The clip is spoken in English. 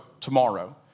tomorrow